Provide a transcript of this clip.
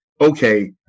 okay